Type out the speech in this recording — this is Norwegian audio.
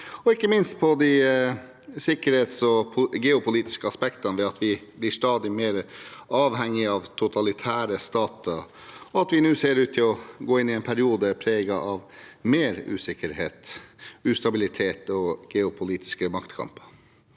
ikke minst på de sikkerhets- og geopolitiske aspektene ved at vi blir stadig mer avhengig av totalitære stater, og at vi nå ser ut til å gå inn i en periode preget av mer usikkerhet, ustabilitet og geopolitiske maktkamper.